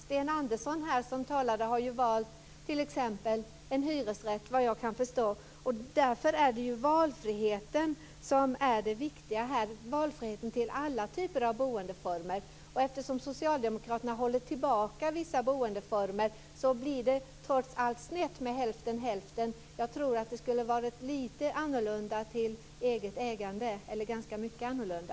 Sten Andersson, som talade här, har valt t.ex. en hyresrätt, såvitt jag kan förstå. Det är alltså friheten att välja alla typer av boendeformer som är det viktiga. Eftersom Socialdemokraterna håller tillbaka vissa boendeformer blir det trots allt snett med hälften-hälften. Jag tror att fördelningen skulle ha varit mycket annorlunda om man kunde välja mer eget ägande.